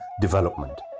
development